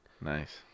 Nice